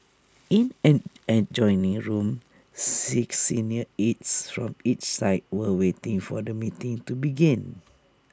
in an adjoining room six senior aides from each side were waiting for the meeting to begin